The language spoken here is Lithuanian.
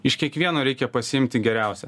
iš kiekvieno reikia pasiimti geriausia